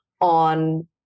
on